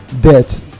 debt